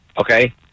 Okay